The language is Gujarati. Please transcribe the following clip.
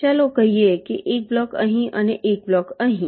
ચાલો કહીએ કે એક બ્લોક અહીં અને એક બ્લોક અહીં